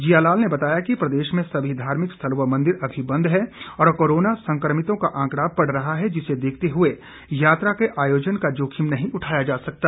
जिया लाल ने बताया कि प्रदेश में सभी धार्मिक स्थल व मंदिर अभी बंद है और कोरोना संक्रमितों का आंकड़ा बढ़ रहा है जिसे देखते हुए यात्रा के आयोजन का जोखिम नहीं उठाया जा सकता